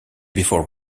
before